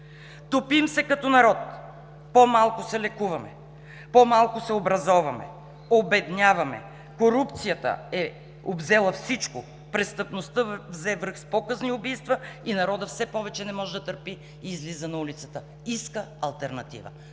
Топим се като народ, по-малко се лекуваме, по-малко се образоваме, обедняваме. Корупцията е обзела всичко, престъпността взе връх в показни убийства. Народът все повече не може да търпи и излиза на улицата, иска алтернатива!